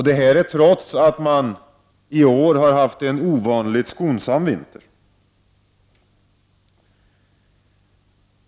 Detta är fallet trots att det i år har varit en ovanligt skonsam vinter.